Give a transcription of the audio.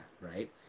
right